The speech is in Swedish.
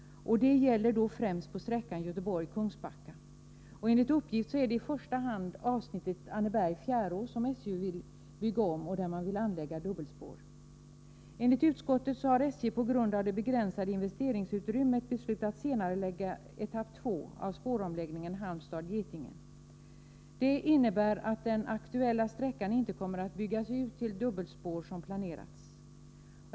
Det gäller då främst på sträckan Göteborg-Kungsbacka. Enligt uppgift är det i första hand avsnittet Anneberg-Fjärås där SJ vill bygga om och anlägga dubbelspår. Enligt utskottet har SJ på grund av det begränsade investeringsutrymmet beslutat senarelägga etapp II av spåromläggningen Halmstad-Getinge. Det innebär att den aktuella sträckan inte kommer att byggas ut till dubbelspår som planerats.